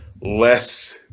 less